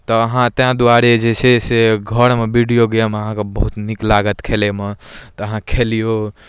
तऽ अहाँ तेँ दुआरे जे छै से घरमे वीडिओ गेम अहाँके बहुत नीक लागत खेलैमे तऽ अहाँ खेलिऔ